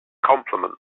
compliments